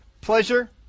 pleasure